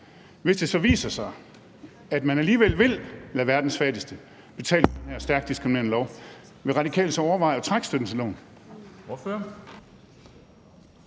Hvis det så viser sig, at man alligevel vil lade verdens fattigste betale den her stærkt diskriminerende lov, vil Radikale så overveje at trække støtten